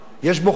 יש בו חטאים,